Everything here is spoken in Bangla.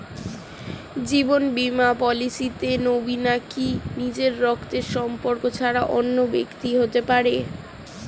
জীবন বীমা পলিসিতে নমিনি কি নিজের রক্তের সম্পর্ক ছাড়া অন্য ব্যক্তি হতে পারে?